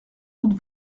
doute